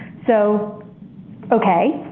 so okay.